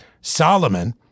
Solomon